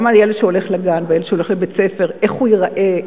גם הילד שהולך לגן והילד שהולך לבית-הספר: איך הוא ייראה?